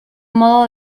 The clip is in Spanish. modo